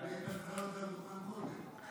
היא הייתה צריכה להיות על הדוכן קודם,